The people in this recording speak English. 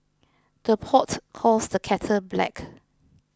the pot calls the kettle black